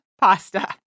pasta